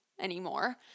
anymore